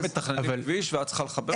הם מתכננים כביש ואת צריכה לחבר אותו?